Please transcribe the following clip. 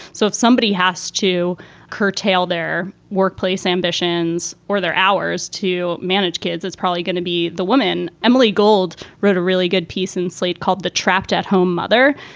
so if somebody has to curtail their workplace ambitions or their hours to manage kids, it's probably going to be the woman. emily gold wrote a really good piece in slate called the trapped at home mother.